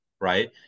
right